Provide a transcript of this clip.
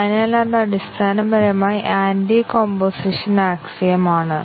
അതിനാൽ അത് അടിസ്ഥാനപരമായി ആന്റി കോമ്പോസിഷൻ ആക്സിയം ആണ്